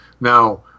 Now